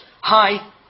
Hi